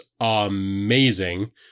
amazing